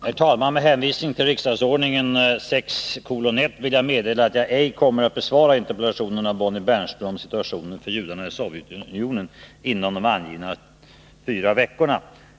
Herr talman! Med hänvisning till riksdagsordningen 6 kap. 1§ får jag meddela att jag på grund av resor inte är i tillfälle att besvara Anders Björcks interpellation om massmediakommitténs direktiv inom föreskriven tid.